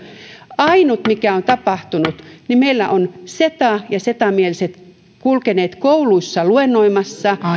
ainut mikä on tapahtunut on että meillä ovat seta ja seta mieliset kulkeneet kouluissa luennoimassa